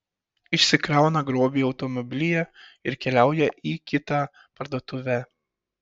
išsikrauna grobį automobilyje ir keliauja į kitą parduotuvę